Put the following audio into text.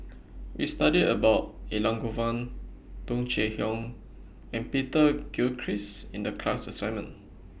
We studied about Elangovan Tung Chye Hong and Peter Gilchrist in The class assignment